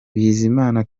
bizimana